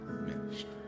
Ministry